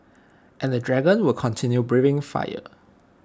and the dragon will continue breathing fire